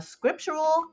Scriptural